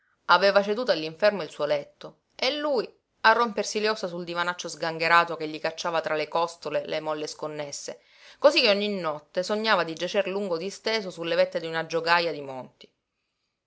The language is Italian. aveva ceduto all'infermo il suo letto e lui a rompersi le ossa sul divanaccio sgangherato che gli cacciava tra le costole le molle sconnesse cosí che ogni notte sognava di giacer lungo disteso sulle vette di una giogaja di monti